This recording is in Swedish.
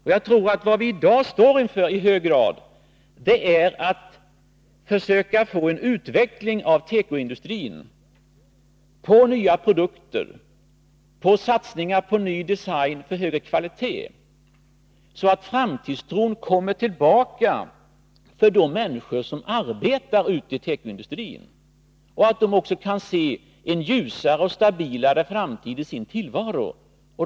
Vad vi i dag i hög grad står inför är att försöka få en utveckling av tekoindustrin mot nya produkter och mot satsningar på ny design och högre kvalitet, så att framtidstron kommer tillbaka till de människor som arbetar ute i tekoindustrin och så att de också kan se en ljusare och stabilare framtid i sin tillvaro.